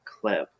clip